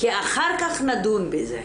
כי אחר כך נדון בזה.